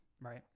right